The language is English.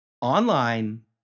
Online